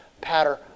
pattern